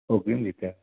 অগ্রিম দিতে হবে